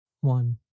One